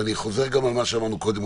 ואני חוזר גם על מה שאמרנו קודם,